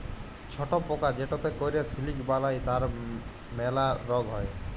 ছট পকা যেটতে ক্যরে সিলিক বালাই তার ম্যালা রগ হ্যয়